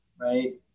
right